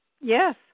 Yes